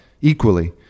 equally